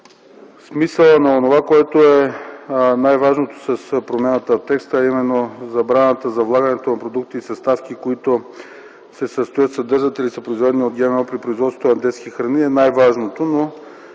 от нас е по най-важното от текста, а именно забраната за влагането на продукти и съставки, които се състоят, съдържат или са произведени от ГМО, при производството на детски храни – това е най-важното.